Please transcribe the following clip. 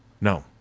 no